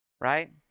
right